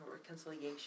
reconciliation